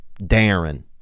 Darren